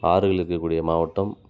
ஆறுகள் இருக்கக்கூடிய மாவட்டம்